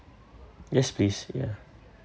yes please ya